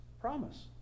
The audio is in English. promise